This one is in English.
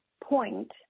point